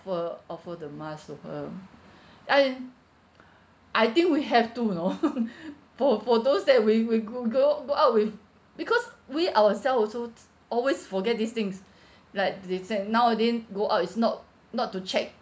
offer the mask to her and I think we have to you know for for those that we we g~ go go out with because we ourself also always forget these things like they say nowadays go out it's not not to check